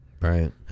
right